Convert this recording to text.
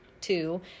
two